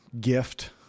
gift